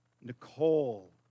Nicole